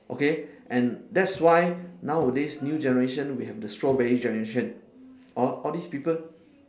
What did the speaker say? okay and that's why nowadays new generation we have the strawberry generation orh all these people